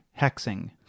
hexing